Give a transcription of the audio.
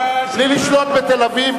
זה מה שיכפו עלינו בסוף.